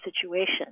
situation